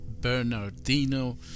Bernardino